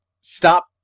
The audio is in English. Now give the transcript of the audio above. stop